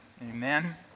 Amen